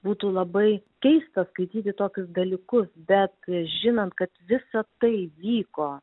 būtų labai keista skaityti tokius dalykus bet žinant kad visa tai vyko